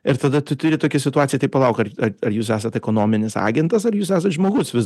ir tada tu turi tokią situaciją tai palauk ar ar jūs esat ekonominis agentas ar jūs esat žmogus vis